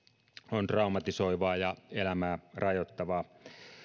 on traumatisoivaa ja elämää rajoittavaa